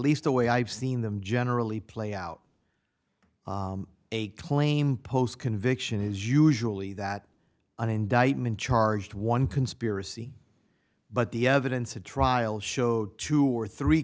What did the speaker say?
least the way i've seen them generally play out a claim post conviction is usually that an indictment charged one conspiracy but the evidence at trial showed two or three